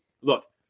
look